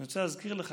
אני רוצה להזכיר לך,